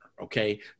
okay